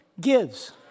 gives